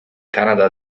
canada